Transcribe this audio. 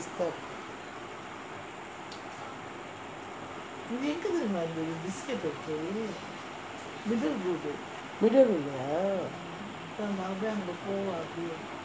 middle road ah